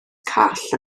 call